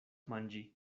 manĝi